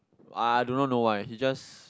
I do not know why he just